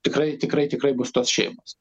tikrai tikrai tikrai bus tos šeimos